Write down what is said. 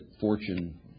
fortune